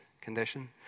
condition